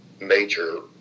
major